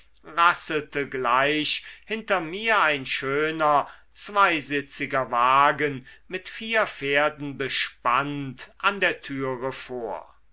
rasselte gleich hinter mir ein schöner zweisitziger wagen mit vier pferden bespannt an der türe vor